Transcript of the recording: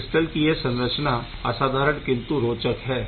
crystal की यह संरचना असाधारण किंतु रोचक है